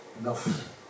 enough